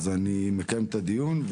לכן אני מקיים את הדיון.